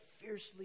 fiercely